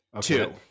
Two